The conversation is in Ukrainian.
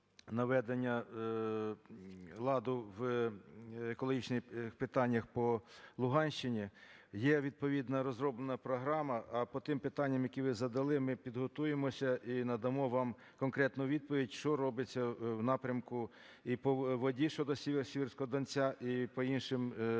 наведення ладу в екологічних питаннях по Луганщині. Є відповідна розроблена програма, а по тим питанням, які ви задали, ми підготуємося і надамо вам конкретну відповідь, що робиться в напрямку. І по воді Сіверського Донця і по іншим